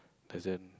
doesn't